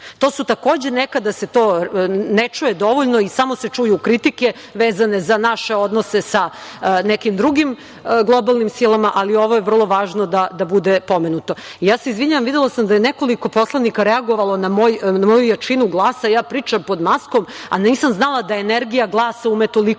EU. Nekada se to ne čuje dovoljno i samo se čuju kritike vezane za naše odnose sa nekim drugim globalnim silama, ali ovo je vrlo važno da bude pomenuto. Ja se izvinjavam, videla sam da je nekoliko poslanika reagovalo na moju jačinu glasa. Ja pričam pod maskom, a nisam znala da energija glasa ume toliko